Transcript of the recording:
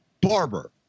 barber